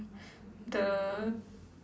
the